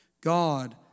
God